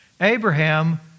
Abraham